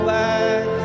back